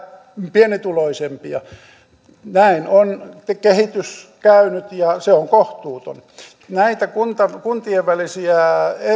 pienituloisempia näin on kehitys käynyt ja se on kohtuuton näitä kuntien kuntien välisiä